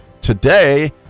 today